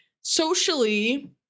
socially